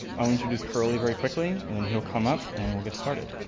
i'll introduce curlee very quickly and then he'll come up and we'll get started.